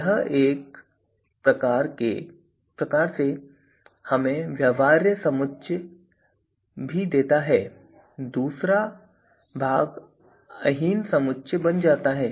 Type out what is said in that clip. यह एक प्रकार से हमें व्यवहार्य समुच्चय भी देता है और दूसरा भाग अहीन समुच्चय बन जाता है